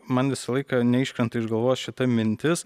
man visą laiką neiškrenta iš galvos šita mintis